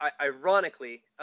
ironically